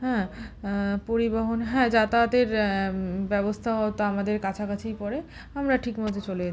হ্যাঁ পরিবহন হ্যাঁ যাতায়াতের ব্যবস্থাও তো আমাদের কাছাকাছিই পড়ে আমরা ঠিক মতো চলে